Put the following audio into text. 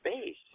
space